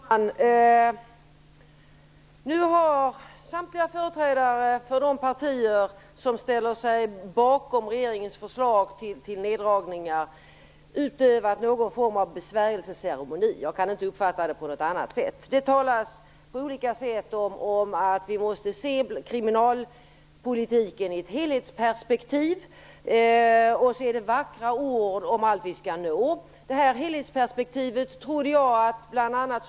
Fru talman! Nu har samtliga företrädare för de partier som ställer sig bakom regeringens förslag till neddragningar utövat någon form av besvärjelseceremoni. Jag kan inte uppfatta det på något annat sätt. Det talas på olika sätt om att vi måste se kriminalpolitiken i ett helhetsperspektiv. Sedan är det vackra ord om att vi skall nå detta helhetsperspektiv. Jag trodde att bl.a.